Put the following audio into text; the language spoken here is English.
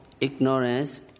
ignorance